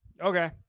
Okay